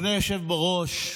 אדוני היושב-ראש,